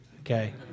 okay